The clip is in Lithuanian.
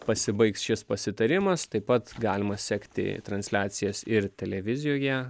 pasibaigs šis pasitarimas taip pat galima sekti transliacijas ir televizijoje